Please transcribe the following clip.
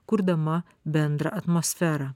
kurdama bendrą atmosferą